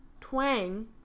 Twang